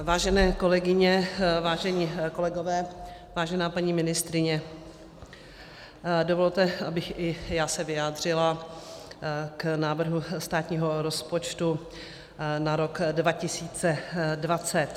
Vážené kolegyně, vážení kolegové, vážená paní ministryně, dovolte, abych i já se vyjádřila k návrhu státního rozpočtu na rok 2020.